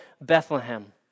Bethlehem